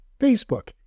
Facebook